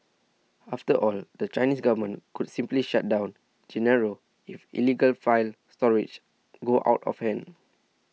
after all the Chinese government could simply shut down Genaro if illegal file storage go out of hand